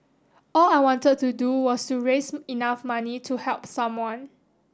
all I wanted to do was to raise enough money to help someone